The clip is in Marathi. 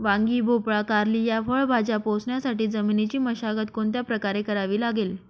वांगी, भोपळा, कारली या फळभाज्या पोसण्यासाठी जमिनीची मशागत कोणत्या प्रकारे करावी लागेल?